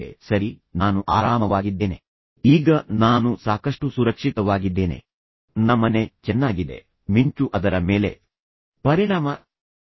ಕೋಪದಲ್ಲಿ ಅವನು ಆವೇಗದಿಂದ ಅವನನ್ನು ಕಪಾಳಮೋಕ್ಷ ಮಾಡುತ್ತಾನೆ ಆದ್ದರಿಂದ ಕೋಪಗೊಳ್ಳುವುದು ಮಾತ್ರವಲ್ಲದೆ ಅವನನ್ನು ಕಪಾಳಮೋಕ್ಷ ಮಾಡುತ್ತಾನೆ